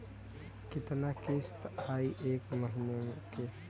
कितना किस्त आई एक महीना के?